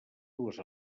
dues